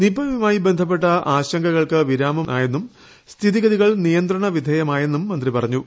നിപയുമായി ബന്ധപ്പെട്ട ആശങ്കകൾക്ക് വിരാമമായെന്നും സ്ഥിതിഗതികൾ നിയന്ത്രണ വിധേയമായെന്നും മന്ത്രി പറഞ്ഞു